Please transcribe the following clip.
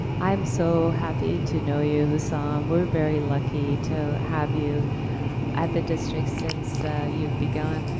i'm so happy to know you, hussam. we're very lucky to have you at the district since you've begun.